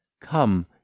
Come